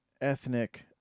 ethnic